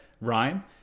Ryan